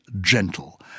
gentle